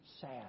sad